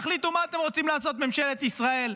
תחליטו מה אתם רוצים לעשות, ממשלת ישראל.